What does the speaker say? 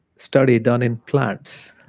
study done in plants,